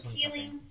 healing